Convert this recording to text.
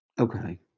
Okay